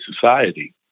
society